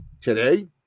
Today